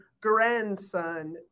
grandson